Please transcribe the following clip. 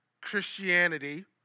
Christianity